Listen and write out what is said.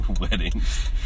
weddings